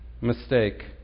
mistake